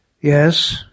Yes